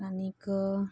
आनीक